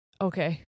Okay